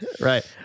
Right